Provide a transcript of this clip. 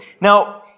now